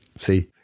See